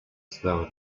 slower